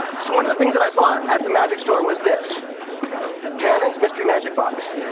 so one of the things that i bought at the magic store was this tannen's mystery magic box.